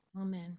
Amen